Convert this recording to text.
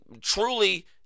truly